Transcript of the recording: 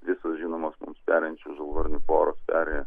visos žinomos mums perinčių žalvarnių poros peri